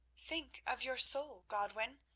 think of your soul, godwin.